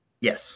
Yes